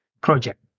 project